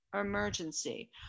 emergency